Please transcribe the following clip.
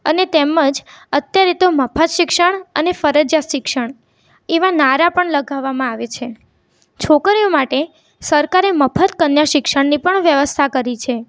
અને તેમજ અત્યારે તો મફત શિક્ષણ અને ફરજિયાત શિક્ષણ એવા નારા પણ લગાવવામાં આવે છે છોકરીઓ માટે સરકારે મફત કન્યા શિક્ષણની પણ વ્યવસ્થા કરી છે